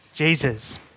Jesus